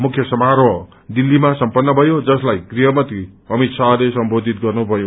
मुख्य समारोह दिल्लीमा सम्पत्र भयो जसलाई गृह मन्त्री अमित शाहले सम्बोधित गर्नुभयो